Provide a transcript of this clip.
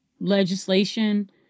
legislation